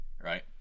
right